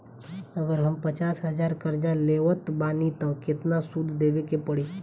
अगर हम पचास हज़ार कर्जा लेवत बानी त केतना सूद देवे के पड़ी?